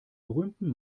berühmten